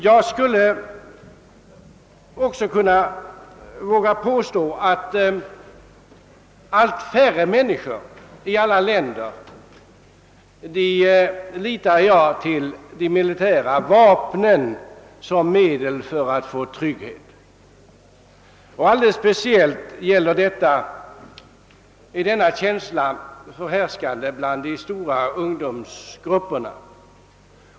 Jag vågar påstå att allt färre människor i olika länder i dag litar till de militära vapnen som ett medel att skapa trygghet. Alldeles speciellt är detta en förhärskande känsla hos de stora ungdomsgrupperna.